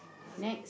next